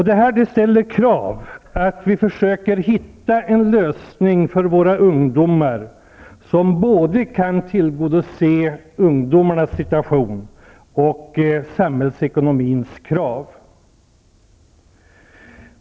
Detta medför problem som vi försöker hitta en lösning på, som både kan förbättra ungdomarnas situation och tillgodose samhällsekonomins krav.